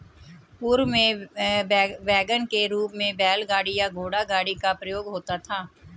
पूर्व में वैगन के रूप में बैलगाड़ी या घोड़ागाड़ी का प्रयोग होता था